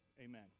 amen